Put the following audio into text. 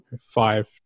five